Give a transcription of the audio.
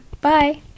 Bye